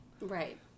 Right